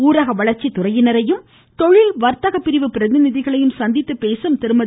ஊரக வளர்ச்சி துறையினரையும் தொழில் வர்த்தக பிரிவு பிரதிநிதிகளையும் சந்தித்து பேசும் திருமதி